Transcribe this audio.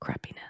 crappiness